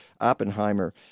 Oppenheimer